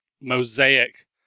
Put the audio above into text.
mosaic